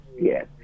yes